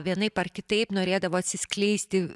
vienaip ar kitaip norėdavo atsiskleisti